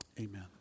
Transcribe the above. amen